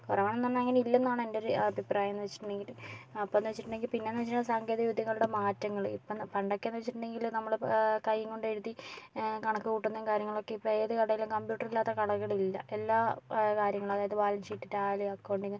കുറവാണ് എന്ന് പറഞ്ഞാൽ ഇല്ലെന്നാണ് എൻ്റെ ഒരു അഭിപ്രായം എന്ന് വെച്ചിട്ടുണ്ടെങ്കിൽ അപ്പം എന്ന് വെച്ചിട്ടുണ്ടെങ്കിൽ പിന്നെയെന്ന് വെച്ചിട്ടുണ്ടെങ്കിൽ സാങ്കേതിക വിദ്യകളുടെ മാറ്റങ്ങൾ ഇപ്പം പണ്ടൊക്കെയെന്ന് വെച്ചിട്ടുണ്ടെങ്കിൽ നമ്മൾ കൈ കൊണ്ട് എഴുതി കണക്ക് കൂട്ടുന്നതും കാര്യങ്ങളൊക്കെ ഇപ്പോൾ ഏത് കടയിലും കമ്പ്യൂട്ടർ ഇല്ലാത്ത കടകളില്ല എല്ലാ കാര്യങ്ങളും അതായത് ബാലൻസ് ഷീറ്റ് ടാലി അക്കൗണ്ടിംഗ്